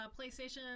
PlayStation